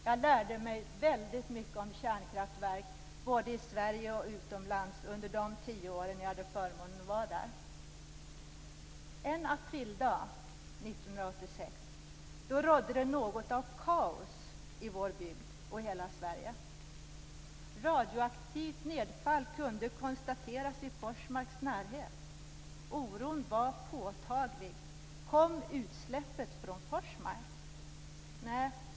Jag lärde mig väldigt mycket om kärnkraftverk, både i Sverige och utomlands, under de tio år som jag hade förmånen att vara med där. En aprildag 1986 rådde det något av kaos i vår bygd och i hela Sverige. Radioaktivt nedfall kunde konstateras i Forsmarks närhet. Oron var påtaglig. Kom utsläppet från Forsmark?